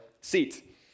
seat